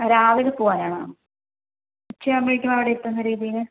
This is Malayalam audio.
അ രാവിലെ പോവാനാണ് ഉച്ചയാവുമ്പോഴേക്കും അവിടെ എത്തുന്ന രീതിയില്